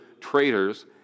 traitors